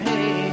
Hey